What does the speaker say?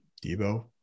Debo